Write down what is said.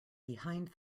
behind